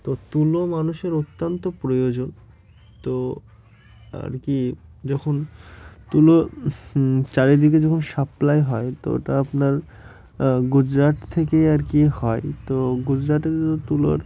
তো তুলো মানুষের অত্যন্ত প্রয়োজন তো আর কি যখন তুলো চারিদিকে যখন সাপ্লাই হয় তো ওটা আপনার গুজরাট থেকে আর কি হয় তো গুজরাটে তুলোর